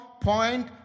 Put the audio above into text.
point